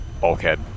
bulkhead